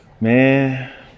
man